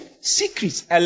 Secrets